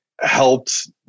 helped